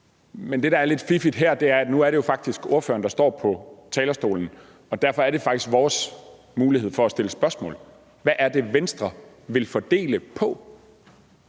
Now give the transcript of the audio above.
Men det, der er lidt fiffigt her, er, at det nu faktisk er ordføreren, der står på talerstolen, og derfor er det faktisk os, der har mulighed for at stille spørgsmål: Hvad er det, Venstre vil fordele